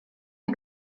jak